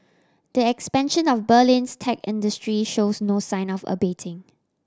the expansion of Berlin's tech industry shows no sign of abating